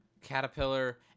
Caterpillar